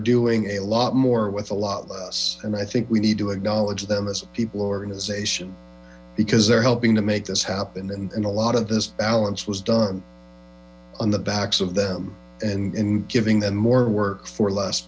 doing a lot more with a lot less and i think we need to acknowledge them as a people organization because they're helping to make this happen in a lot of this balance was done on the backs of them and giving them more work for less